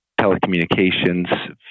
telecommunications